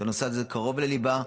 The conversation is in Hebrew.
שהנושא הזה קרוב לליבה,